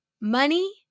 money